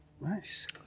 Nice